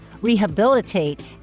rehabilitate